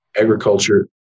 agriculture